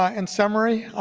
ah in summary,